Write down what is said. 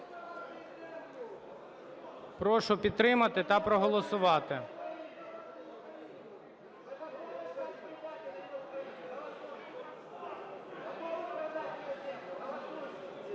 Прошу підтримати та проголосувати.